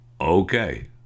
Okay